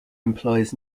employs